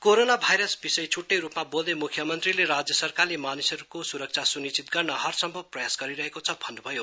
corona virus विषय छुट्टै रूपमा बोल्दै मुख्यमन्त्रीले राज्य सरकारले मानिसहरूको सुरक्षा स्निश्चित गर्न हर सम्भव प्रयास गरिरहेको छ भन्न्भयो